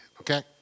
okay